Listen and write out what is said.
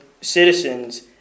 citizens